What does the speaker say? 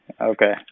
Okay